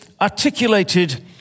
articulated